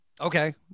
Okay